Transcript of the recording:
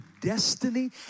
destiny